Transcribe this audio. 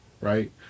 right